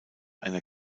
einer